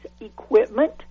equipment